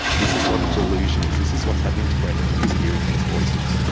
this is what a delusion is, this is what's happening to brendon when he's hearing these voices.